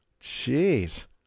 Jeez